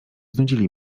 znudzili